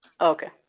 Okay